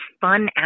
fun